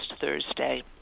Thursday